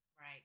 Right